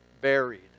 buried